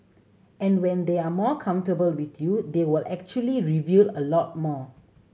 and when they are more with you they will actually reveal a lot more